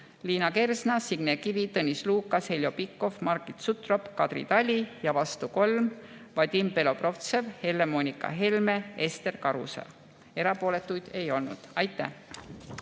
Liina Kersna, Signe Kivi, Tõnis Lukas, Heljo Pikhof, Margit Sutrop, Kadri Tali, ja vastu 3: Vadim Belobrovtsev, Helle-Moonika Helme, Ester Karuse, erapooletuid ei olnud. Aitäh!